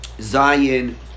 Zion